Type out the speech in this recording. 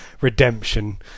redemption